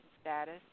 status